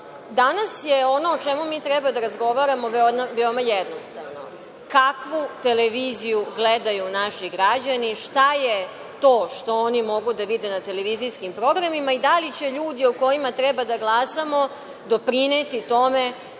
tema. Danas je ono o čemu mi treba da razgovaramo veoma jednostavno – kakvu televiziju gledaju naši građani, šta je to što oni mogu da vide na televizijskim programima i da li će ljudi o kojima treba da glasamo doprineti tome